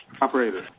Operator